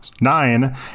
nine